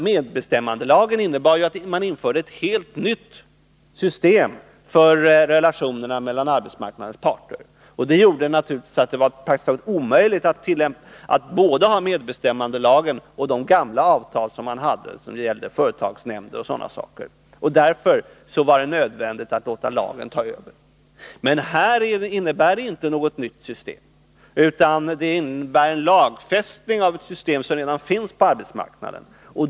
Medbestämmandelagen innebar ju att man införde ett helt nytt system för relationerna mellan arbetsmarknadens parter. Det gjorde naturligtvis att det var praktiskt taget omöjligt att ha både medbestämmandelagen och de gamla avtal som gällde företagsnämnder osv. Därför var det nödvändigt att låta lagen ta över. Men den lagstiftning det här är fråga om innebär inte något nytt system, utan den innebär en lagfästning av ett system som redan finns på arbetsmarknaden.